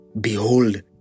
Behold